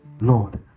Lord